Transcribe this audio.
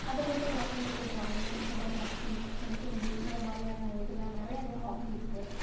அது மட்டும் இல்லாமல் எனக்கு டிராயிங் ஃபோட்டோகிராஃபி மெஹந்தி இந்த மாதிரியான இதில் நிறைய இதில் ஹாபி இருக்குது